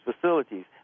facilities